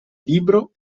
libro